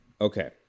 Okay